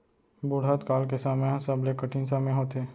बुढ़त काल के समे ह सबले कठिन समे होथे